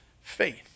faith